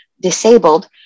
disabled